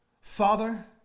Father